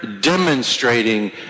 demonstrating